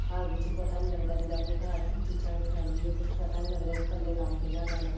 घर बिच्च पता निं लगदा जिल्लै अपने घर च बिच्च ज्वाइंट फैमली हो कुछ पता निं लगदा ऐ कि कल्ले कम्म कि'यां करना